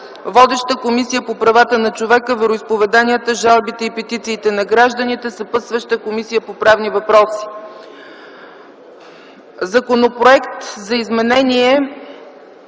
Водеща – Комисията по правата на човека, вероизповеданията, жалбите и петициите на гражданите. Съпътстваща – Комисията по правни въпроси. Законопроект за изменение